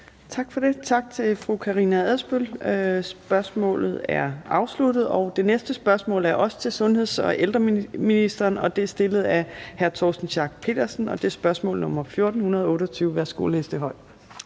Tak for det. Tak til fru Karina Adsbøl. Spørgsmålet er afsluttet. Det næste spørgsmål er også til sundheds- og ældreministeren, og det er stillet af hr. Torsten Schack Pedersen, og det er spørgsmål nr. 1428. Kl. 14:41